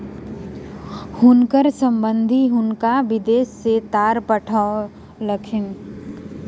हुनकर संबंधि हुनका विदेश सॅ तार पठौलखिन